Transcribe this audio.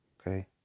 Okay